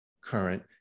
current